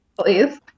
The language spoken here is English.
Please